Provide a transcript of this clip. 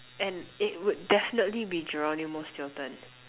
and it would definitely be Geronimo-Stilton